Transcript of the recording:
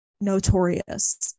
notorious